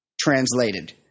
Translated